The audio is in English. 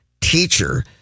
teacher